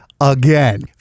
again